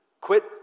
Quit